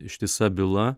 ištisa byla